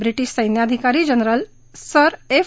British सैन्याधिकारी general sir F